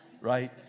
Right